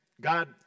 God